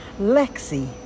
Lexi